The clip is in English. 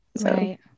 Right